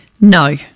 No